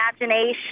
imagination